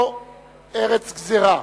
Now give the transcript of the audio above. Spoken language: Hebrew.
או ארץ גזירה.